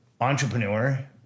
entrepreneur